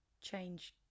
change